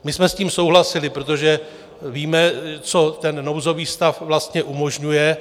My jsme s tím souhlasili, protože víme, co nouzový stav vlastně umožňuje.